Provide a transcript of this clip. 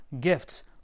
gifts